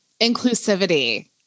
inclusivity